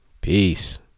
Peace